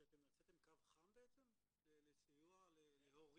שאתם עשיתם קו חם בעצם לסיוע להורים?